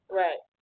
right